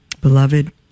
Beloved